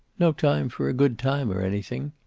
no time for a good time, or anything.